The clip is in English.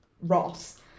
Ross